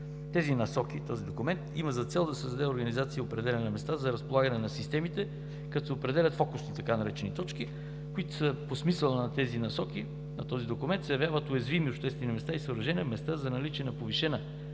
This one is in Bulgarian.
Тези насоки, този документ, има за цел да създаде организация и определяне на места за разполагане на системите, като се определят „фокусни“, така наречени точки, които, по смисъла на тези насоки, на този документ, се явяват уязвими обществени места и съоръжения, места за наличие на повишена